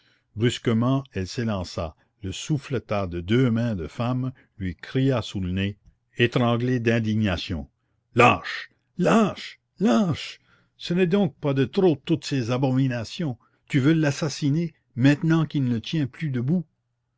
brusquement elle s'élança le souffleta de ses deux mains de femme lui cria sous le nez étranglée d'indignation lâche lâche lâche ce n'est donc pas de trop toutes ces abominations tu veux l'assassiner maintenant qu'il ne tient plus debout